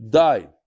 died